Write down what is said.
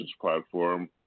platform